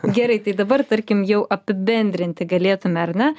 gerai tai dabar tarkim jau apibendrinti galėtume ar ne